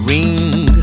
Ring